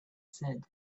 said